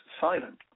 silent